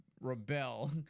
rebel